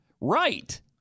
Right